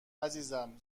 عزیزم